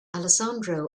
alessandro